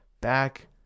back